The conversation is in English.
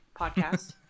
podcast